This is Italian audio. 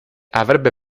avrebbe